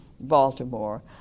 Baltimore